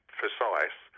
precise